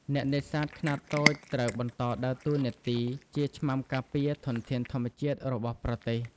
អ្នកនេសាទខ្នាតតូចត្រូវបន្តដើរតួនាទីជា ឆ្មាំការពារ ធនធានធម្មជាតិរបស់ប្រទេស។